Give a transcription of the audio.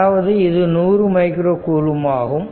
அதாவது இது 100 micro coulomb ஆகும்